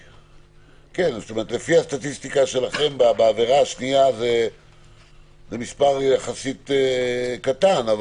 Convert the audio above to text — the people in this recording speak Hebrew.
לפי הסטטיסטיקה שלכם בעבירה השנייה זה מספר יחסית קטן.